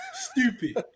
Stupid